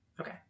Okay